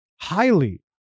highly